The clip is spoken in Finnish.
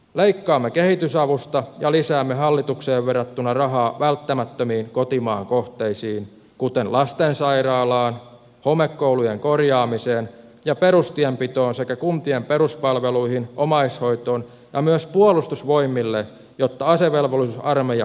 leikkaamme kehitysavusta ja lisäämme hallitukseen verrattuna rahaa välttämättömiin kotimaan kohteisiin kuten lastensairaalaan homekoulujen korjaamiseen ja perustienpitoon sekä kuntien peruspalveluihin omaishoitoon ja myös puolustusvoimille jotta asevelvollisuusarmeija kyetään ylläpitämään